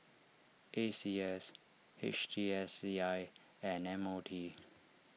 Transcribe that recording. A C S H T S C I and M O T